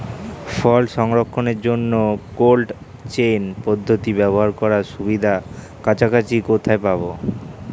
ফল সংরক্ষণের জন্য cold chain পদ্ধতি ব্যবহার করার সুবিধা কাছাকাছি কোথায় পাবো?